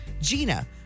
Gina